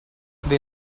they